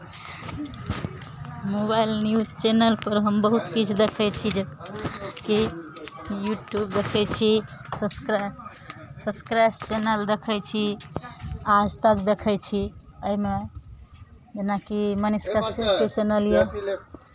mobile news चैनलपर हम बहुत किछु देखै छी जेकि यूट्यूब देखै छी सब्सक्राइब सब्सक्राइब्ड चैनल देखै छी आजतक देखै छी एहिमे जेनाकि मनीष कश्यपके चैनल यए